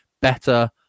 better